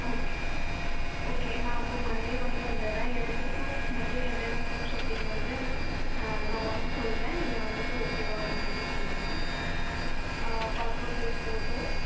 okay okay நான் அப்போது Monday வந்து வந்துடுறேன் எனக்கு புரூஃப்ஸ் மட்டும் என்னென்ன புரூஃப்ஸ் அப்படிங்குறது ஆ நான் ஒன்ஸ் சொல்கிறேன் நீங்கள் வந்துட்டு ஓகேவா அப்படிங்குறத சொல்லிவிடுங்க ஆ பாஸ்போர்ட் சைஸ் ஃபோட்டோ